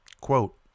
Quote